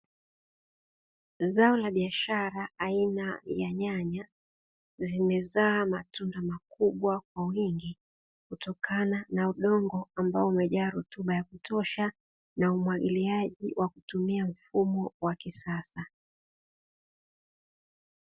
Zao la biashara aina ya nyanya zimezaa matunda makubwa kwa wingi kutokana na udongo ambao umejaa rutuba wa kutosha na umwagiliaji wa kutumia mfumo wa kisasa.